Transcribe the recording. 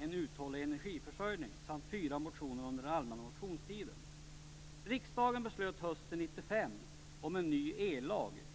En uthållig energiförsörjning samt fyra motioner under den allmänna motionstiden. Riksdagen beslöt hösten 1995 om en ny ellag.